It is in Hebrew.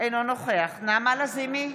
אינו נוכח נעמה לזימי,